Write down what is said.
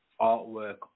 artwork